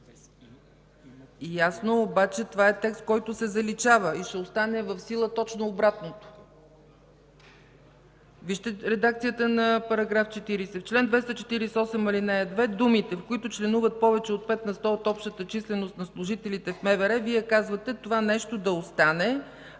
Ясно, обаче това е текст, който се заличава и ще остане в сила точно обратното. Вижте редакцията на § 40: „В чл. 248, ал. 2 думите „в които членуват повече от 5 на сто от общата численост на служителите в МВР” – Вие казвате това нещо да остане,